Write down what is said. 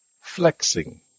Flexing